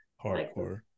Hardcore